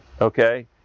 okay